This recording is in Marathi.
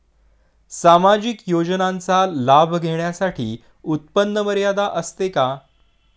सामाजिक योजनांचा लाभ घेण्यासाठी उत्पन्न मर्यादा असते का?